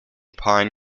pine